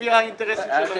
לפי האינטרס שלהם.